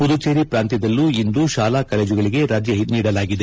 ಪುದುಚೇರಿ ಪ್ರಾಂತ್ಯದಲ್ಲೂ ಇಂದು ಶಾಲಾ ಕಾಲೇಜುಗಳಿಗೆ ರಜೆ ನೀಡಲಾಗಿದೆ